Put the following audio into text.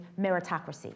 meritocracy